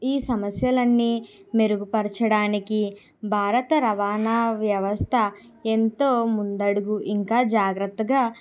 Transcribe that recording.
ఈ సమస్యలన్నీ మెరుగుపరచడానికి భారత రవాణా వ్యవస్థ ఎంతో ముందడు ఇంకా జాగ్రత్తగా